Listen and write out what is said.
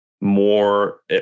more